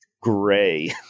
Gray